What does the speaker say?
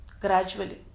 gradually